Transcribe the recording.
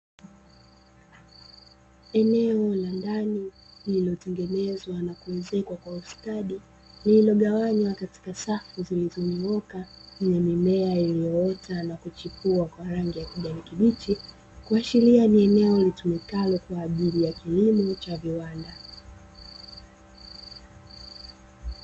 Eneo la ndani lililotengenezwa na kuwezekwa kwa ustadi lililogawanywa katika safu zilizonyoka zenye mimea iliyoota na kuchukua kwa rangi ya kijani kibichi, kuashilia ni eneo litumikalo kwa ajili ya kilimo cha viwanda.